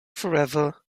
forever